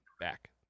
back